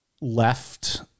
left